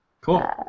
cool